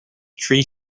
tree